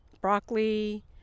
broccoli